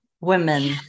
women